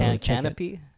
Canopy